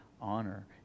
honor